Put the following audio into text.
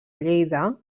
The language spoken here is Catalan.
lleida